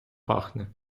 пахне